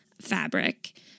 fabric